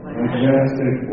majestic